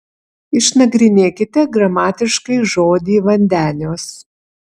išnagrinėkite gramatiškai žodį vandeniuos